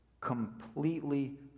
completely